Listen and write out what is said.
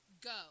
go